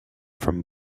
from